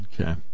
Okay